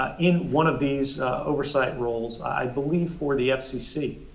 ah in one of these oversight roles, i believe for the fcc.